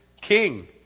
king